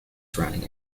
surrounding